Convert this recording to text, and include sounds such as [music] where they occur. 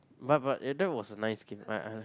but but eh that was a nice game [noise]